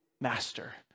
master